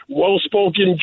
well-spoken